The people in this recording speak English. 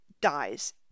dies